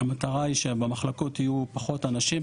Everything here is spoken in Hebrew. המטרה היא שבמחלקות יהיו פחות אנשים,